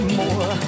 more